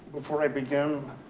before i begin